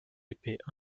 épée